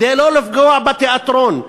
כדי לא לפגוע בתיאטרון,